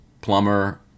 plumber